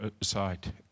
side